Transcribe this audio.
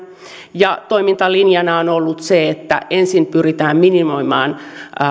toimintalinjana on ollut se että ensin pyritään minimoimaan